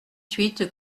huit